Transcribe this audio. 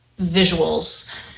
visuals